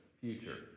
future